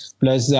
plus